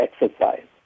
exercise